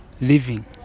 living